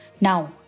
Now